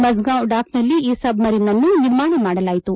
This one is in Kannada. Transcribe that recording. ಮಜ್ಗಾಂವ್ ಡಾಕ್ನಲ್ಲಿ ಈ ಸಬ್ಮರಿಯನ್ನನ್ನು ನಿರ್ಮಾಣ ಮಾಡಲಾಯಿತು